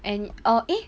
and or eh